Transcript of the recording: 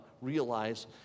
realize